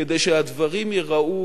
כדי שהדברים ייראו